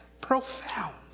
profound